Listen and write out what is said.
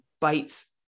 bites